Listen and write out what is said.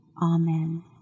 Amen